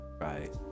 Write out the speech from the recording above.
right